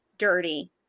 dirty